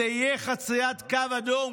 זאת תהיה חציית קו אדום,